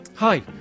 Hi